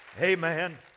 Amen